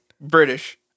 British